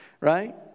right